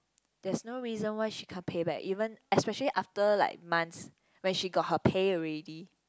there's no reason why she can't pay back even especially after like months when she got her pay already